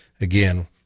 again